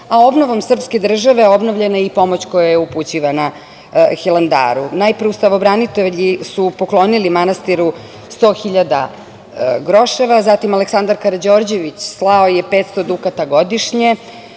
a obnovom srpske države obnovljena je i pomoć koja je upućivana Hilandaru. Najpre, ustavobranitelji su poklonili manastiru 100 hiljada groševa, zatim je Aleksandar Karađorđević slao 500 dukata godišnje,